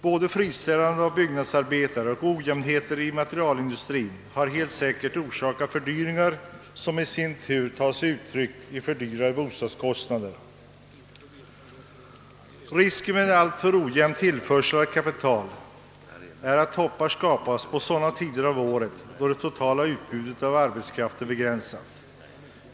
Både friställandet av byggnadsarbetare och ojämnheter i materialindustrien har helt säkert orsakat fördyringar, som i sin tur tar sig uttryck i fördyrade bostadskostnader. Risken med en alltför ojämn tillförsel av kapital ligger i att toppar skapas på sådana tider av året, då det totala utbudet av arbetskraft är begränsat.